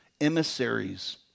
emissaries